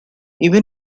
even